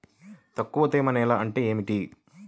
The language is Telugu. తక్కువ తేమ నేల అంటే ఏమిటి?